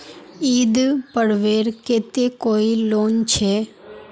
ईद पर्वेर केते कोई लोन छे?